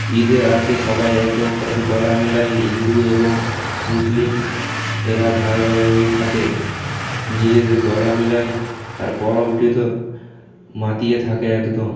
ঈদে আসে সবাই একে অপরের গলা মিলায়ে হিন্দু এবং মুসলিম এরা ভায়ে ভায়ে হয়ে থাকে নিজের গলা মিলায় আর পরবটি তো মাতিয়ে থাকে একদম